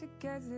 together